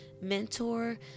mentor